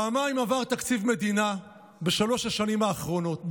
פעמיים עבר תקציב מדינה בשלוש השנים האחרונות.